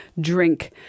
drink